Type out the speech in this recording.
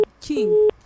King